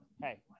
Hey